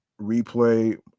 Replay